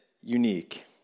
unique